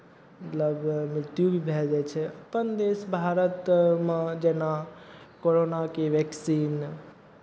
मतलब मृत्यु भी भए जाइ छै अपन देश भारतमे जेना करोनाके वैक्सीन